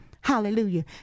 Hallelujah